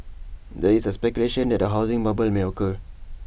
there is A speculation that A housing bubble may occur